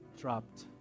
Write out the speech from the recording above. dropped